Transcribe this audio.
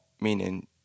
meaning